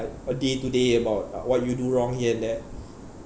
uh day to day about uh what you do wrong here and there